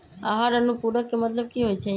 आहार अनुपूरक के मतलब की होइ छई?